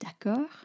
D'accord